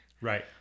Right